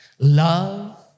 Love